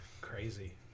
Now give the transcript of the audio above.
Crazy